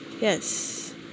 Yes